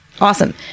Awesome